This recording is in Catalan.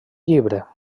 llibre